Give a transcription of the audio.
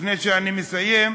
לפני שאני מסיים,